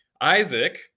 Isaac